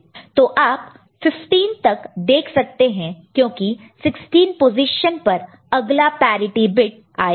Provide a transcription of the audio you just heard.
तो आप 15 तक देख सकते हैं क्योंकि 16 पोजीशन पर अगला पेरीटी बिट आएगा